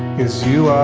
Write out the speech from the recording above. as you